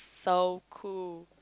so cool